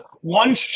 One